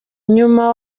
nyuma